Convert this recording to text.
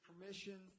permission